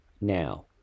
now